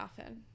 often